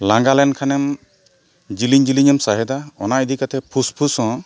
ᱞᱟᱸᱜᱟ ᱞᱮᱱᱠᱷᱟᱱᱮᱢ ᱡᱤᱞᱤᱝ ᱡᱤᱞᱤᱧᱮᱢ ᱥᱟᱦᱮᱫᱟ ᱚᱱᱟ ᱤᱫᱤ ᱠᱟᱛᱮᱜ ᱯᱷᱩᱥ ᱯᱷᱩᱥ ᱦᱚᱸ